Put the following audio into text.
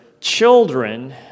Children